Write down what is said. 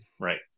right